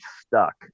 stuck